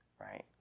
right